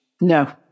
No